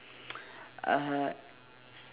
uh